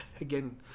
again